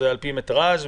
הרי פר מטר כבר